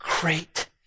great